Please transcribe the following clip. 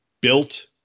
built